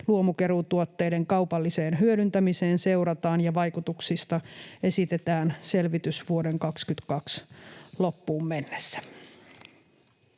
luomukeruutuotteiden kaupalliseen hyödyntämiseen seurataan ja vaikutuksista esitetään selvitys vuoden 2022 loppuun mennessä.”